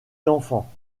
d’enfants